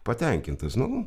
patenkintas nu